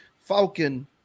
Falcon